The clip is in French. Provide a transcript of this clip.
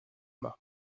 mât